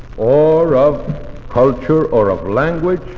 or of culture or of language